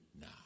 now